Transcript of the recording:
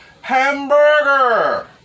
hamburger